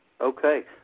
Okay